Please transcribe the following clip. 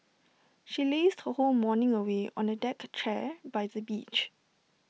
she lazed her whole morning away on A deck chair by the beach